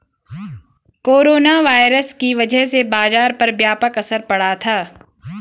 corona virus की वजह से बाजार पर व्यापक असर पड़ा था